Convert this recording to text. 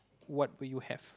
what would you have